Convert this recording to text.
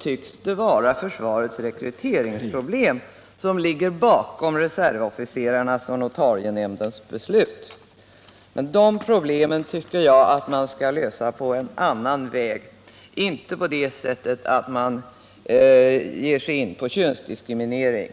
tycks det vara försvarets rekryteringsproblem som ligger bakom de beslut det gäller. Men dessa problem tycker jag att man skall lösa på en annan väg — inte genom att man ger sig in på könsdiskriminering.